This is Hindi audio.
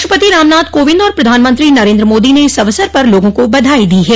राष्ट्रपति रामनाथ कोविंद और प्रधानमंत्री नरेन्द्र मोदी ने इस अवसर पर लोगों को बधाई दी है